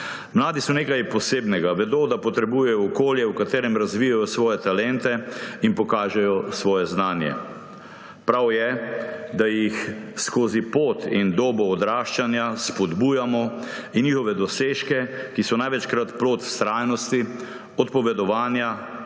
Mladi so nekaj posebnega. Vedo, da potrebujejo okolje, v katerem razvijajo svoje talente in pokažejo svoje znanje. Prav je, da jih skozi pot in dobo odraščanja spodbujamo in njihove dosežke, ki so največkrat plod vztrajnosti, odpovedovanja,